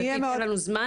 אין לנו זמן.